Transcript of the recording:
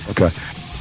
Okay